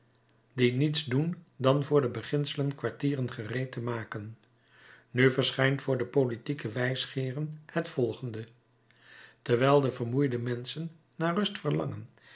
die niets doen dan voor de beginselen kwartieren gereed te maken nu verschijnt voor de politieke wijsgeeren het volgende terwijl de vermoeide menschen naar rust verlangen